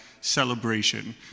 celebration